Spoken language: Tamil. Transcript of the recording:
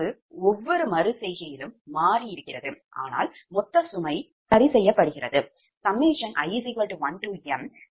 இழப்பு ஒவ்வொரு மறு செய்கையிலும் மாறுகிறது ஆனால் மொத்த சுமை சரி செய்யப்படுகிறது i1mdPgikd